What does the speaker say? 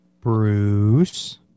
Bruce